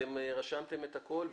אתם רשמתם את הכול,